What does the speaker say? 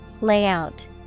Layout